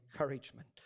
encouragement